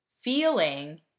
feeling